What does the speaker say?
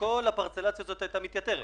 כל הפרצלציה הזאת הייתה מתייתרת.